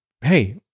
hey